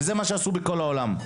זה מה שעשו בכל העולם.